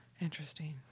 Interesting